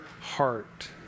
heart